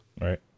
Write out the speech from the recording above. right